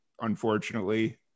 unfortunately